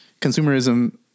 consumerism